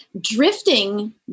drifting